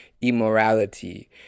immorality